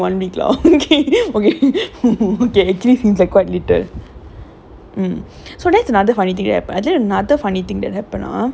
okay maybe eat everyday breakfast மூணு பேரு சாப்புடுறாங்கனு வெச்சுக்க:moonu paeru saapuduraanganu vechukka okay then eighteen new red okay there's like only one week lah quite little